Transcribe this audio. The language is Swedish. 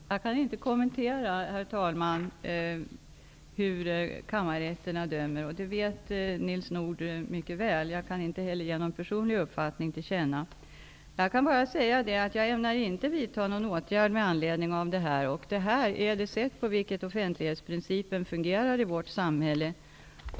Herr talman! Jag kan inte kommentera hur kammarrätterna dömer. Nils Nordh vet mycket väl att det är så. Jag kan inte heller ge en personlig uppfattning till känna. Jag kan bara säga att jag inte ämnar vidta någon åtgärd med anledning av detta. Det är på det här sättet som offentlighetsprincipen fungerar i vårt samhälle.